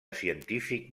científic